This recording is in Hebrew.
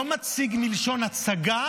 לא מציג מלשון הצגה,